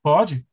Pode